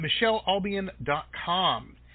michellealbion.com